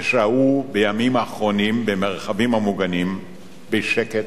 ששהו בימים האחרונים במרחבים המוגנים בשקט,